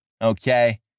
Okay